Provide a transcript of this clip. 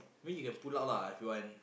I mean you can pull out lah if you want